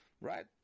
right